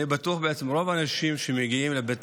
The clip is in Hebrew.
אני בטוח שבעצם רוב האנשים שמגיעים לבית